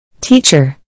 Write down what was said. Teacher